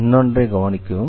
இன்னொன்றை கவனிக்கவும்